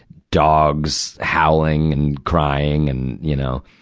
dogs howling and crying, and, you know,